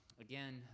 Again